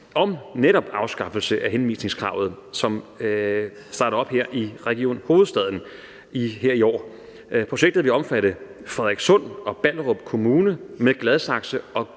om netop en afskaffelse af henvisningskravet, som starter op i Region Hovedstaden her i år. Projektet vil omfatte Frederikssund og Ballerup Kommuner med Gladsaxe og